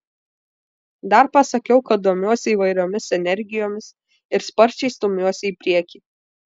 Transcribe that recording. dar pasakiau kad domiuosi įvairiomis energijomis ir sparčiai stumiuosi į priekį